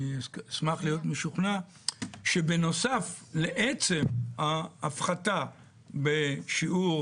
אני אשמח להיות משוכנע שבנוסף לעצם ההפחתה לשיעור